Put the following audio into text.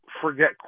forget